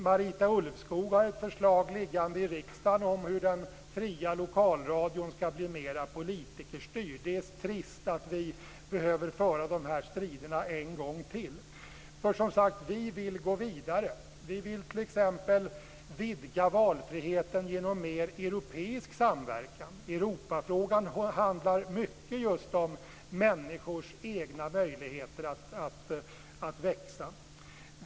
Marita Ulvskog har ett förslag liggande i riksdagen om hur den fria lokalradion ska bli mera politikerstyrd. Det är trist att vi behöver föra de här striderna en gång till. Vi vill gå vidare. Vi vill t.ex. vidga valfriheten genom mer europeisk samverkan. Europafrågan handlar mycket om människors möjligheter att växa.